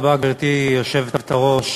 גברתי היושבת-ראש,